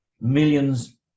millions